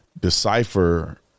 decipher